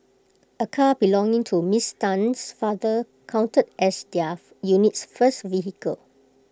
A car belonging to miss Tan's father counted as their unit's first vehicle